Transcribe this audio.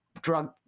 drug